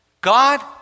God